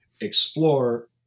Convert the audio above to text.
explore